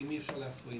ואם אי אפשר להפריד?